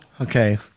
Okay